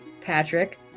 Patrick